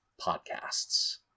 podcasts